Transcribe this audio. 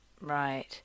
Right